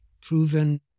proven